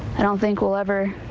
i don't think we'll ever.